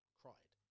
cried